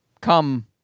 come